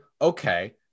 okay